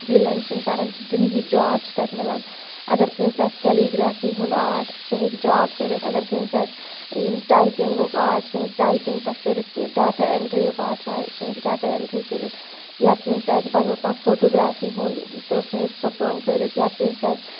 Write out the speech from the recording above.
freelancing کَرن چھِ دُنہیٖکۍ جاب چھِ تَتہِ مِلان اگر کٲنٛسہِ آسہِ کیلیٖگرٛیفی ہُنٛد آٹ سُہ ہیٚکہِ جاب کٔرِتھ اگر کٲنٛسہِ آسہِ یِم ٹایپِنٛگُک آٹ سُہ ہیٚکہِ ٹایپِنٛگ پٮ۪ٹھ کٔرِتھ کینٛہہ ڈاٹا اٮ۪نٹِرٛی یُک آٹ چاہے سُہ ہیٚکہِ ڈاٹا اٮ۪نٹِرٛی کٔرِتھ یا کٲنٛسہِ آسہِ بدل کانٛہہ فوٹوگرٛافی ہُنٛد تہٕ سُہ ہیٚکہِ سۄ کٲم کٔرِتھ یا کٲنٛسہِ آسہِ